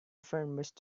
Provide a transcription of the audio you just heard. friend